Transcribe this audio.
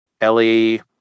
ellie